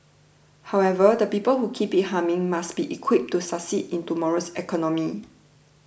however the people who keep it humming must be equipped to succeed in tomorrow's economy